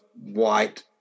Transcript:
white